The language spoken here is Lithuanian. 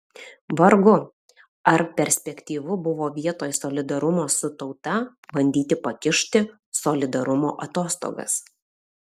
vargu ar perspektyvu buvo vietoj solidarumo su tauta bandyti pakišti solidarumo atostogas